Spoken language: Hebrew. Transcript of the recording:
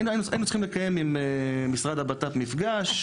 היינו צריכים לקיים עם משרד הבט"פ מפגש.